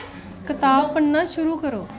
कताब पढ़ना शुरू करो